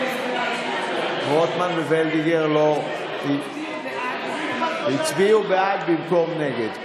רק שנייה, רוטמן וולדיגר הצביעו בעד במקום נגד.